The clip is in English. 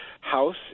house